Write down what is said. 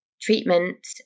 treatment